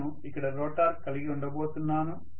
నేను ఇక్కడ రోటర్ కలిగి ఉండబోతున్నాను